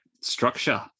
structure